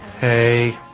Hey